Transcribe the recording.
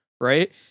right